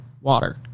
water